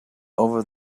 over